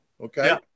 okay